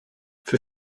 für